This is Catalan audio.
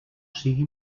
sigui